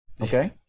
Okay